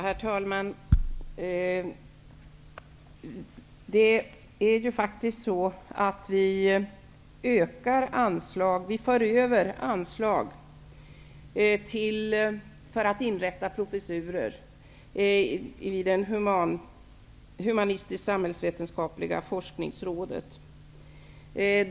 Herr talman! Vi för över anslag för att inrätta professurer i det Humanistisksamhällsvetenskapliga forskningsrådet.